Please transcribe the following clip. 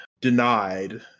denied